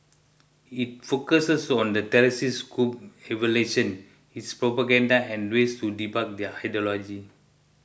it focuses on the terrorist group's evolution its propaganda and ways to debunk their ideology